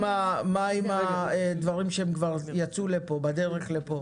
מה עם הדברים שכבר בדרך לפה